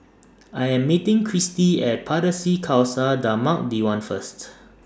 I Am meeting Cristy At Pardesi Khalsa Dharmak Diwan First